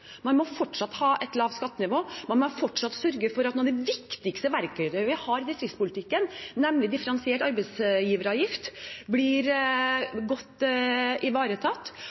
man må fortsatt ha et lavt skattenivå, man må fortsatt sørge for at et av de viktigste verktøyene vi har i distriktspolitikken, nemlig differensiert arbeidsgiveravgift, blir godt ivaretatt.